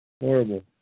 Horrible